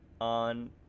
on